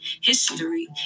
History